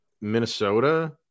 Minnesota